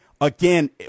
Again